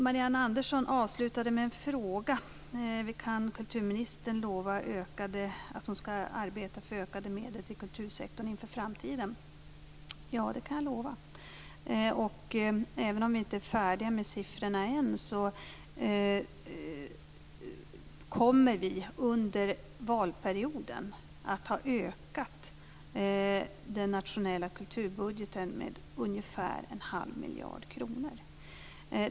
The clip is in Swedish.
Marianne Andersson avslutade med en fråga: Kan kulturministern lova att hon skall arbeta för ökade medel till kultursektorn inför framtiden? Ja, det kan jag lova. Även om vi inte är färdiga med siffrorna än så kommer vi under valperioden att ha ökat den nationella kulturbudgeten med ungefär en halv miljard kronor.